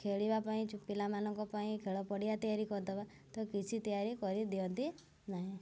ଖେଳିବା ପାଇଁ ପିଲାମାନଙ୍କ ପାଇଁ ଖେଳ ପଡ଼ିଆ ତିଆରି କରିଦବା ତ କିଛି ତିଆରି କରିଦିଅନ୍ତି ନାହିଁ